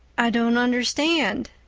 i don't understand,